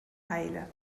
heile